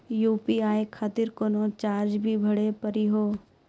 UPI खातिर कोनो charge भी भरी पड़ी हो?